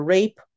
Rape